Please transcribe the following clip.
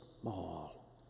small